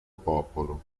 popolo